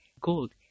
gold